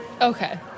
Okay